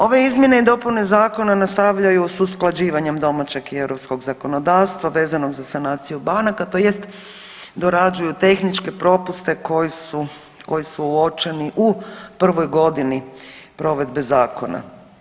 Ove izmjene i dopune zakona nastavljaju sa usklađivanjem domaćeg i europskog zakonodavstva vezanog za sanaciju banaka, tj. dorađuju tehničke propuste koji su uočeni u prvoj godini provedbe zakona.